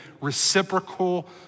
reciprocal